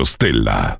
Stella